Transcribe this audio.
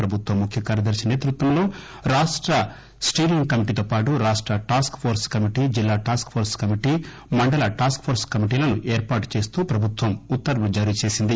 ప్రభుత్వ ముఖ్య కార్యదర్శి సేతృత్వంలో రాష్ట స్టీరింగ్ కమిటీతోపాటు రాష్ట టాస్కిఫోర్స్ కమిటీ జిల్లా టాస్క్వోర్పు కమిటీ మండల టాస్క్వోర్స్ కమిటీలను ఏర్పాటు చేస్తూ ప్రభుత్వం ఉత్తర్వులు జారీచేసింది